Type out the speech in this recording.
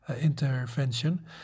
intervention